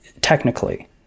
technically